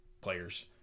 players